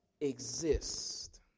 exist